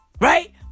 right